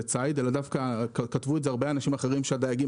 ציד אלא כתבו את זה דווקא הרבה אנשים אחרים שהדייגים